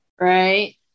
Right